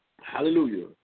hallelujah